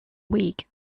week